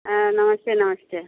हँ नमस्ते नमस्ते